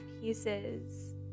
pieces